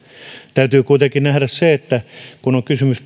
täytyy kuitenkin nähdä se että kun on kysymys